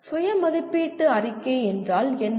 சுய மதிப்பீட்டு அறிக்கை என்றால் என்ன